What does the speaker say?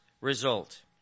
result